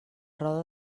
roda